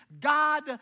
God